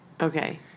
Okay